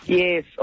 yes